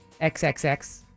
XXX